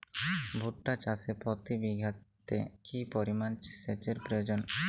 ভুট্টা চাষে প্রতি বিঘাতে কি পরিমান সেচের প্রয়োজন?